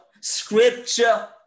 Scripture